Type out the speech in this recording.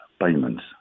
payments